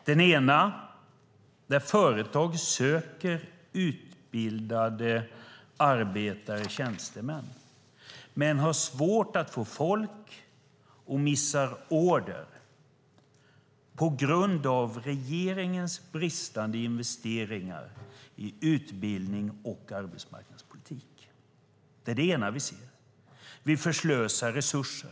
Å ena sidan söker företag utbildade arbetare och tjänstemän men har svårt att få folk och missar order på grund av regeringens bristande investeringar i utbildning och arbetsmarknadspolitik. Det är det ena vi ser. Vi förslösar resurser.